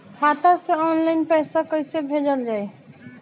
खाता से ऑनलाइन पैसा कईसे भेजल जाई?